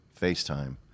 FaceTime